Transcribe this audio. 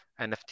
NFT